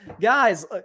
guys